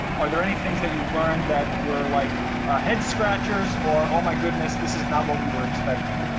are there any things that you've learned that were like a head scratchers or, oh my goodness, this is not what we were expecting?